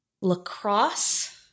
lacrosse